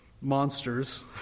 monsters